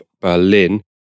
Berlin